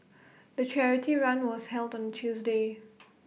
the charity run was held on Tuesday